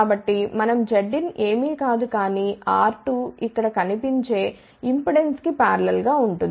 కాబట్టిమనం Zin ఏమీ కాదు కానీ R2 ఇక్కడ కనిపించే ఇంపెడెన్స్ కి పార్లల్ గా ఉంటుంది